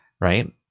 right